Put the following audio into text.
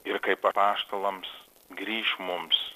ir kaip apaštalams grįš mums